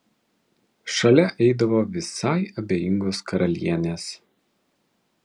šalia eidavo visai abejingos karalienės